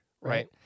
Right